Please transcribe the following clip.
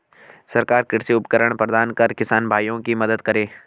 सरकार कृषि उपकरण प्रदान कर किसान भाइयों की मदद करें